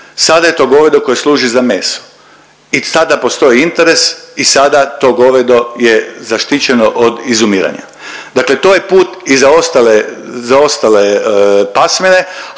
sada je to govedo koje služi za meso i sada postoji interes i sada to govedo je zaštićeno od izumiranja. Dakle, to je put i za ostale pasmine,